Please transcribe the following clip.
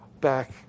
back